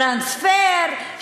טרנספר,